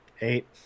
eight